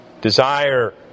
desire